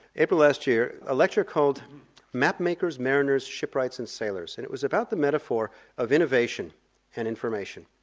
april last year, a lecture called map makers, mariners, shipwrights and sailors, and it was about the metaphor of innovation and information.